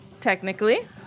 technically